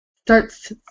starts